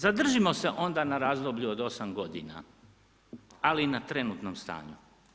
Zadržimo se onda na razdoblju od 8 godina, ali i na trenutnom stanju.